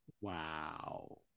Wow